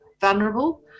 vulnerable